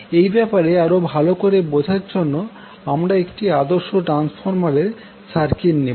এই ব্যাপারে আরো ভালো করে বোঝার জন্য আমরা একটি আদর্শ ট্রান্সফরমারের সার্কিট নেবো